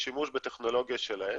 בשימוש בטכנולוגיה שלהן.